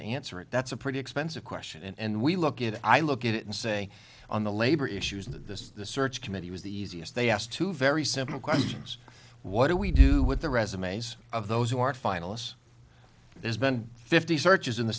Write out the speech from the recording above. to answer it that's a pretty expensive question and we look at it i look at it and say on the labor issues that this search committee was the easiest they asked two very simple questions what do we do with the resumes of those who are finalists there's been fifty searches in the